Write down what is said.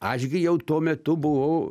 aš gi jau tuo metu buvau